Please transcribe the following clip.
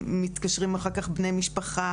מתקשרים אחר כך בני משפחה,